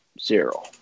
Zero